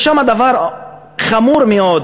יש שם דבר חמור מאוד,